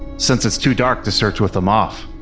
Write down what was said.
since it's too dark to search with them off.